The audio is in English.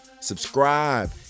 subscribe